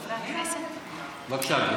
בבקשה.